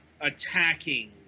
attacking